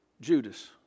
Judas